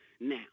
now